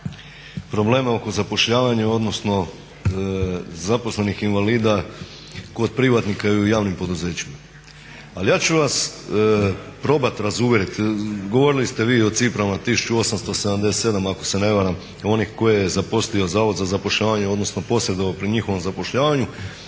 probleme oko zapošljavanja, odnosno zaposlenih invalida kod privatnika i u javnim poduzećima. Ali ja ću vas probati razuvjeriti, govorili ste vi i o ciframa 1877 ako se ne varam onih koje je zaposlio zavod za zapošljavanje, odnosno posredovao pri njihovom zapošljavanja,